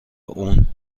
اون